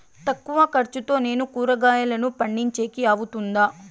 తక్కువ ఖర్చుతో నేను కూరగాయలను పండించేకి అవుతుందా?